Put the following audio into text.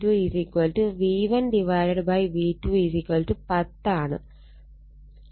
N1 N2 V1 V2 10 ആണ്